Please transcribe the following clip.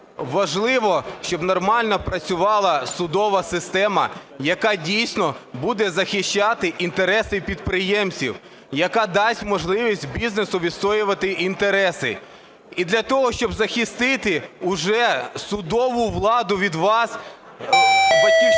важливо, щоб нормально працювала судова система, яка дійсно буде захищати інтереси підприємців, яка дасть можливість бізнесу відстоювати інтереси. І для того, щоб захистити уже судову владу від вас, "Батьківщиною"